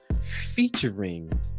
featuring